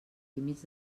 límits